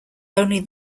only